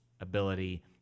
ability